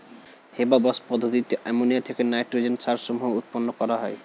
Haber Bosch পদ্ধতিতে ammonia থেকে nitrogen সার সমূহ উৎপন্ন করা হয়